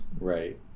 Right